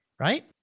right